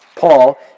Paul